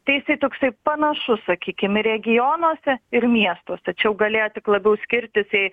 tai jisai toksai panašus sakykim ir regionuose ir miestuose čia jau galėjo tik labiau skirtis jei